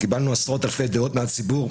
קיבלנו עשרות אלפי דעות מהציבור,